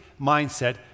mindset